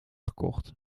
gekocht